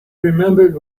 remembered